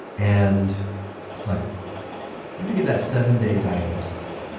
and it's like, what if you get that seven day diagnosis?